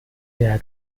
der